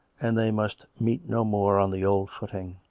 and they must meet no more on the old footing.